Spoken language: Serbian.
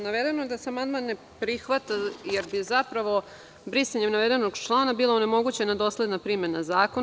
Navedeno je da se amandman ne prihvata jer bi zapravo brisanjem navedenog člana bila onemogućena dosledna primena zakona.